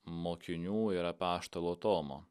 mokinių ir apaštalo tomo